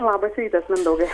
labas rytas mindaugai